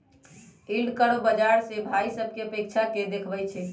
yield curve बाजार से भाइ सभकें अपेक्षा के देखबइ छइ